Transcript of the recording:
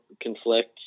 conflict